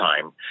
time